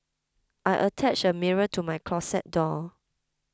I attached a mirror to my closet door